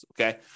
okay